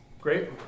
Great